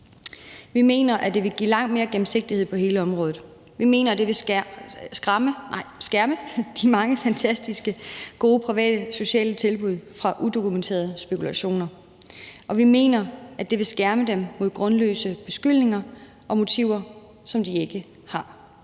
Vi mener, at det vil give langt mere gennemsigtighed på hele området, vi mener, at det vil skærme de mange fantastiske, gode private sociale tilbud fra udokumenterede spekulationer, og vi mener, at det vil skærme dem mod grundløse beskyldninger om motiver, som de ikke har.